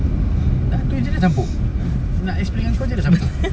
tadi jer dah campur nak explain dengan dia sudah campur